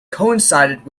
coincided